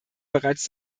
bereits